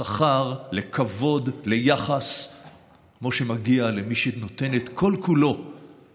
לשכר, לכבוד וליחס כמו שמגיע למי שנותן את כל-כולו